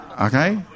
Okay